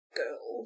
girl